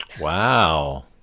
Wow